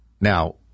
Now